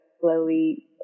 slowly